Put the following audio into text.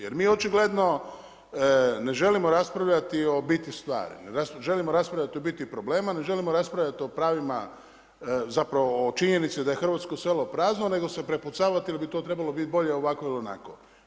Jer mi očigledno ne želimo raspravljati o biti stvari, želimo raspraviti o biti problema a ne želimo raspravljati o pravima, zapravo o činjenici da je hrvatsko selo prazno nego se prepucavati je li bi to trebalo biti bolje ovako ili onako.